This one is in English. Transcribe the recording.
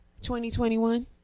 2021